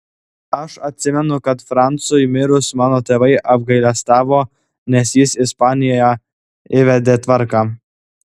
aš atsimenu kad francui mirus mano tėvai apgailestavo nes jis ispanijoje įvedė tvarką